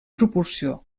proporció